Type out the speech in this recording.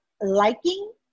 liking